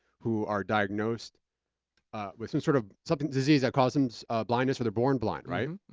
who are diagnosed with some sort of, something disease causes blindness or they're born blind. right? mm